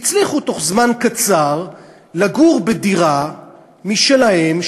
הצליחו תוך זמן קצר לגור בדירה משלהם,